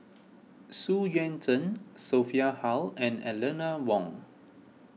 Xu Yuan Zhen Sophia Hull and Eleanor Wong